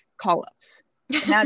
call-ups